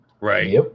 Right